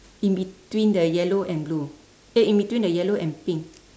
in between the yellow and blue eh in between the yellow and pink